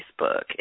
Facebook